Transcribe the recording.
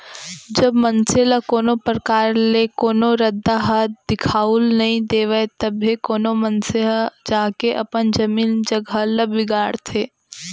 जब मनसे ल कोनो परकार ले कोनो रद्दा ह दिखाउल नइ देवय तभे कोनो मनसे ह जाके अपन जमीन जघा ल बिगाड़थे